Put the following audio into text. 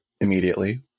immediately